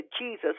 Jesus